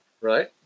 Right